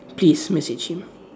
please message him